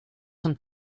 zum